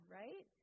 right